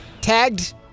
tagged